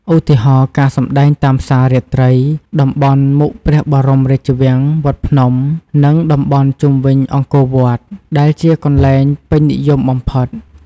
ឧទាហរណ៍ ការសម្ដែងតាមផ្សាររាត្រី តំបន់មុខព្រះបរមរាជវាំង វត្តភ្នំ និងតំបន់ជុំវិញអង្គរវត្ត ដែលជាកន្លែងពេញនិយមបំផុត។